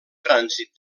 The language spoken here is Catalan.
trànsit